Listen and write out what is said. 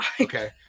Okay